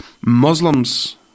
Muslims